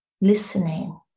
listening